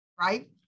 right